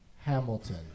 Hamilton